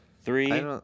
three